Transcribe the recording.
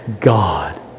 God